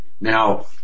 Now